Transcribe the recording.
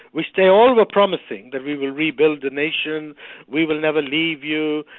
which they all were promising, that we will rebuild the nation we will never leave you,